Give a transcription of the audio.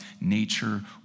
nature